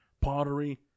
pottery